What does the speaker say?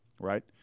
Right